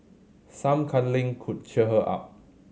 some cuddling could cheer her up